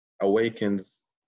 awakens